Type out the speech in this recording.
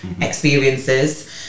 experiences